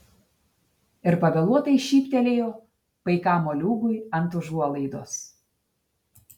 ir pavėluotai šyptelėjo paikam moliūgui ant užuolaidos